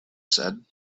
said